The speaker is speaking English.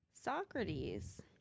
socrates